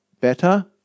better